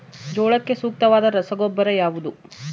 ಜೋಳಕ್ಕೆ ಸೂಕ್ತವಾದ ರಸಗೊಬ್ಬರ ಯಾವುದು?